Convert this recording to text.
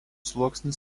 sluoksnis